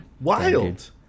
Wild